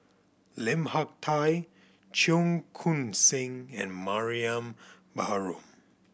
Lim Hak Tai Cheong Koon Seng and Mariam Baharom